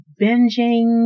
binging